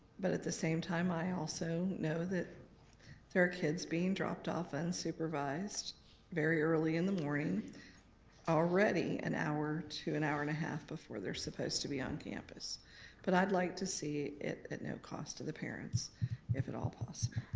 but at the same time, i also know that there are kids being dropped off unsupervised very early in the morning already an hour to an hour and a half before they're supposed to be on campus but i'd like to see it at no cost to the parents if at all possible.